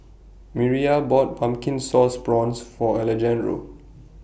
Miriah bought Pumpkin Sauce Prawns For Alejandro